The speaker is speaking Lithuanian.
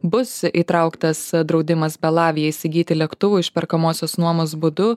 bus įtrauktas draudimas belavijai įsigyti lėktuvų išperkamosios nuomos būdu